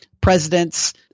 presidents